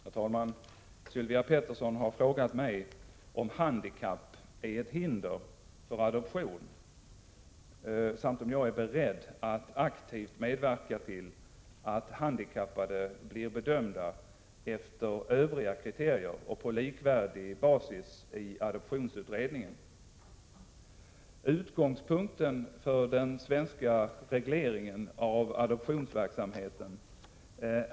Herr talman! Sylvia Pettersson har frågat mig om handikapp är ett hinder för adoption samt om jag är beredd att aktivt medverka till att handikappade blir bedömda efter övriga kriterier och på likvärdig basis i adoptionsutredningen.